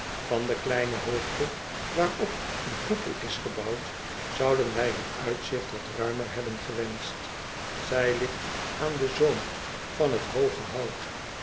van de kleine hoogte waarop een koepel is gebouwd zouden wij het uitzigt wat ruimer hebben gewenscht zij ligt aan den zoom van het hooge hout